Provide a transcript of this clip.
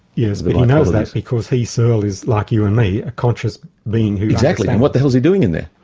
yes, but he knows that because he, searle, is like you and me, a conscious being who understands. exactly and what the hell's he doing in there?